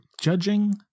judging